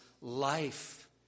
life